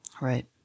right